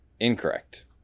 Incorrect